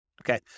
Okay